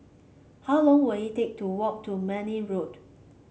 how long will it take to walk to Mayne Road